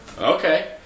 okay